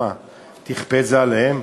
תכפה את זה עליהם?